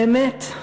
באמת,